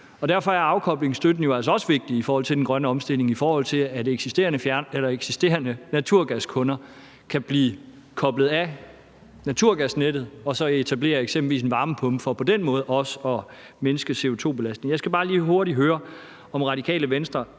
derfor er afkoblingsstøtten jo altså også vigtig i forhold til den grønne omstilling, for at eksisterende naturgaskunder kan blive koblet af naturgasnettet og så etablere eksempelvis en varmepumpe for på den måde også at mindske CO2-belastningen. Jeg skal bare lige hurtigt høre, om Radikale Venstre